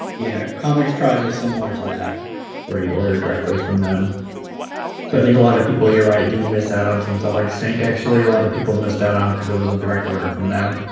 yeah, comics tribe is similar to that where you order directly from them so i think a lot of people you're i do miss out on some stuff like sync actually a lot of people missed um because it was a direct order from them